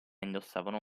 indossavano